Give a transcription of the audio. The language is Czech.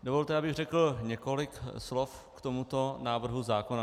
Dovolte, abych řekl několik slov k tomuto návrhu zákona.